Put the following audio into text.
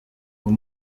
uwo